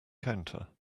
counter